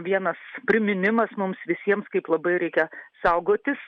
vienas priminimas mums visiems kaip labai reikia saugotis